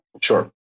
sure